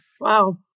Wow